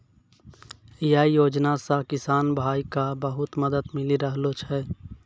यै योजना सॅ किसान भाय क बहुत मदद मिली रहलो छै